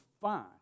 fine